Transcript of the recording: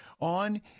on